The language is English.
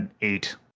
eight